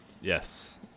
Yes